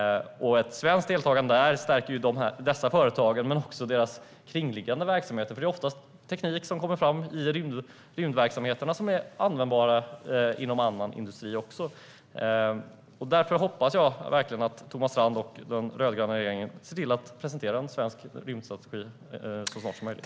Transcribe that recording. Ett svenskt deltagande där stärker dessa företag, men också deras kringliggande verksamheter; teknik som kommer fram i rymdverksamheterna är ofta användbar även inom annan industri. Därför hoppas jag verkligen att Thomas Strand och den rödgröna regeringen ser till att presentera en svensk rymdstrategi så snart som möjligt.